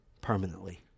permanently